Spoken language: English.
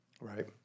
Right